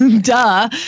duh